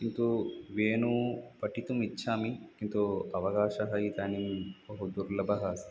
किन्तु वेणोः पठितुम् इच्छामि किन्तु अवकाशः इदानीं बहु दुर्लभः अस्ति